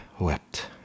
wept